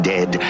Dead